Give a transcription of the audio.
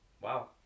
Wow